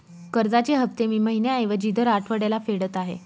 कर्जाचे हफ्ते मी महिन्या ऐवजी दर आठवड्याला फेडत आहे